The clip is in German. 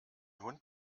hund